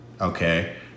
Okay